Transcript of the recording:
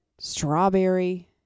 strawberry